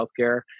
healthcare